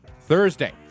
Thursday